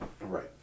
Right